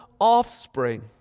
offspring